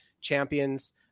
champions